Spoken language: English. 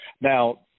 Now